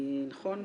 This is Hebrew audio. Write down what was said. נכון?